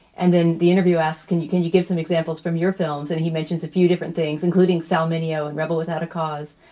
and then the interview asks, can you can you give some examples from your films? and he mentions a few different things, including sal mineo and rebel without a cause.